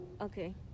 okay